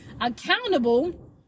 accountable